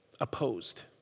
opposed